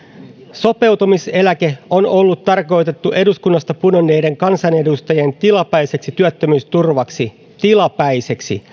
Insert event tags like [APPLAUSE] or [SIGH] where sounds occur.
sopeutumiseläke on ollut tarkoitettu eduskunnasta pudonneiden kansanedustajien tilapäiseksi työttömyysturvaksi tilapäiseksi [UNINTELLIGIBLE]